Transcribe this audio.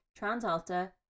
Transalta